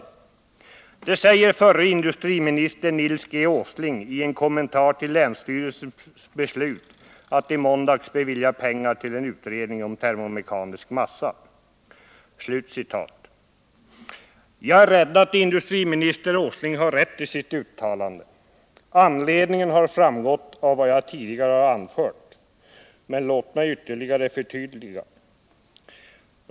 Det säger förre industriministern Nils G. Åsling i en kommentar till länsstyrelsens beslut att i måndags bevilja pengar till en utredning om termomekanisk massa. Jag är rädd att industriminister Åsling har rätt i sitt uttalande. Anledningen har framgått av vad jag tidigare har anfört. Men låt mig ytterligare förtydliga.